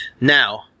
Now